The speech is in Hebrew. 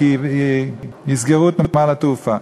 כי יסגרו את נמל התעופה.